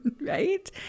right